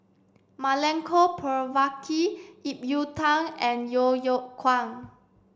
Milenko Prvacki Ip Yiu Tung and Yeo Yeow Kwang